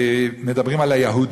מדברים על ה"יָהוד",